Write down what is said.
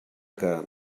que